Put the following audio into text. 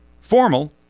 formal